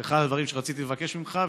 זה אחד הדברים שרציתי לבקש ממך,